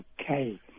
Okay